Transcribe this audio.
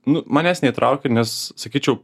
nu manęs neįtraukia nes sakyčiau